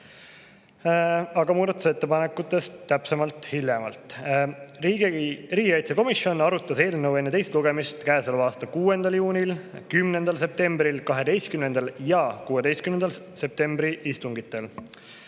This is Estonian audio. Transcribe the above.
Aga muudatusettepanekutest täpsemalt hiljem. Riigikaitsekomisjon arutas eelnõu enne teist lugemist käesoleva aasta 6. juuni ning 10., 12. ja 16. septembri istungil.